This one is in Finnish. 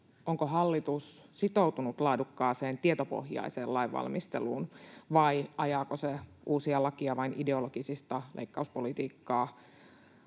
onko hallitus sitoutunut laadukkaaseen tietopohjaiseen lainvalmisteluun, vai ajaako se uusia lakeja vain ideologisista leikkauspolitiikkaa